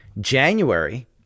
January